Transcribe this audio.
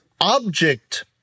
object